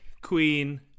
queen